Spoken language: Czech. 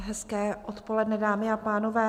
Hezké odpoledne, dámy a pánové.